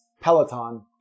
Peloton